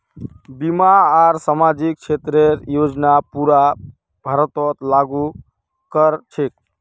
बीमा आर सामाजिक क्षेतरेर योजना पूरा भारतत लागू क र छेक